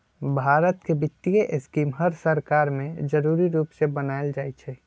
भारत के वित्तीय स्कीम हर सरकार में जरूरी रूप से बनाएल जाई छई